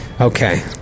Okay